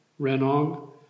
Renong